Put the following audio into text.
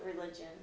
religion